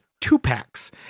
two-packs